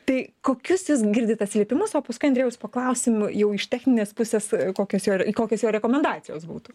tai kokius jūs girdite atsiliepimus o paskui andriejaus paklausim jau iš techninės pusės kokios jo kokios jo rekomendacijos būtų